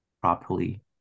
properly